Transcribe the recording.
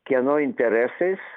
kieno interesais